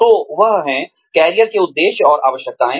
तो वह है कैरियर के उद्देश्य और आवश्यकताएं